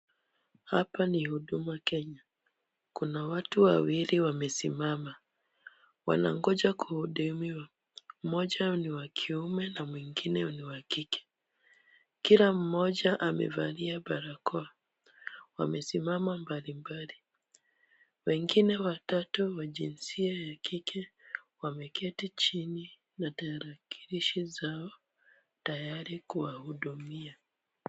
Hapa ni Huduma Kenya. Kuna watu wawili wamesimama. Wanangoja kuhudumiwa. Mmoja ni wa kiume na mwingine ni wa kike. Kila mmoja amevalia barakoa. Wamesimama mbalimbali. Wengine watatu wa jinsia ya kike, wameketi chini na tarakilishi zao tayari kuwahudumia.